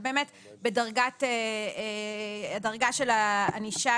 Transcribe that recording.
אבל באמת הדרגה של הענישה,